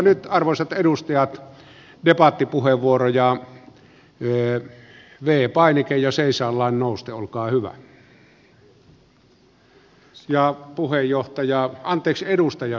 nyt arvoisat edustajat debattipuheenvuoroja voi pyytää v painikkeella ja seisomaan nousten